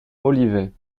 olivet